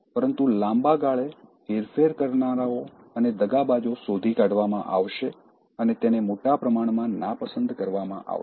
પરંતુ લાંબા ગાળે હેરફેર કરનારાઓ અને દગાબાજો શોધી કાઢવામાં આવશે અને તેને મોટા પ્રમાણમા નાપસંદ કરવામાં આવશે